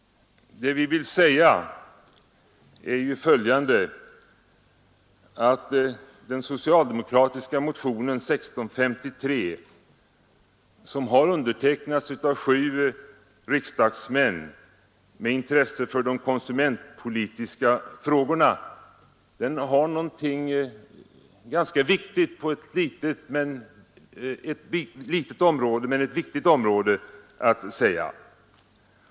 Vi menar att den socialdemokratiska motionen 1653, som undertecknats av sju riksdagsmän med intresse för de konsumentpolitiska frågorna, har någonting ganska väsentligt att säga på ett litet men viktigt område.